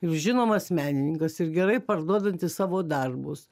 ir žinomas menininkas ir gerai parduodantis savo darbus